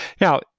now